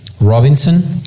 Robinson